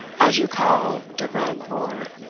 as you call de grand boar,